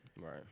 Right